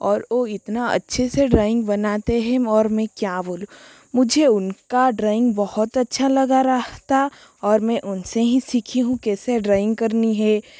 और ओ इतना अच्छे से ड्राॅइंग बनाते हैं और में क्या बोलूँ मुझे उनका ड्रॉइंग बहुत अच्छा लगा रहा था और मैं उनसे ही सीखी हूँ कैसे ड्राॅइंग करनी है